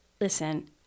listen